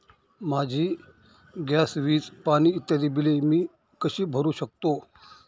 माझी गॅस, वीज, पाणी इत्यादि बिले मी कशी भरु शकतो?